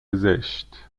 زشت